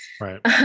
right